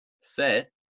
set